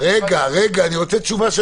נמצא.